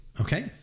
okay